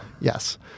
Yes